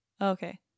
okay